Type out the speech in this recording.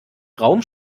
raum